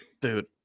Dude